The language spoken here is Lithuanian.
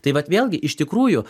tai vat vėlgi iš tikrųjų